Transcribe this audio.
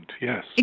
yes